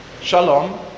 Shalom